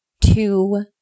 two